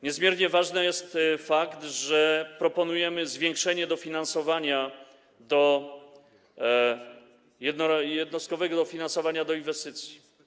Niezmiernie ważny jest fakt, że proponujemy zwiększenie dofinansowania do jednostkowego dofinansowania do inwestycji.